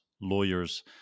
lawyers